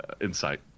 insight